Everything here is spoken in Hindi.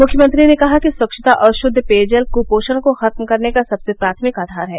मुख्यमंत्री ने कहा कि स्वच्छता और शुद्ध पेयजल कुपोषण को खत्म करने का सबसे प्राथमिक आधार है